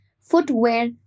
footwear